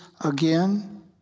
again